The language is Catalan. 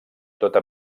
tota